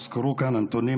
הוזכרו כאן הנתונים,